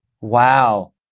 Wow